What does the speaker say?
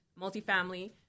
multifamily